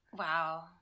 Wow